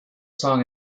song